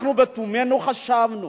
אנחנו לתומנו חשבנו